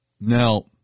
Now